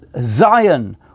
Zion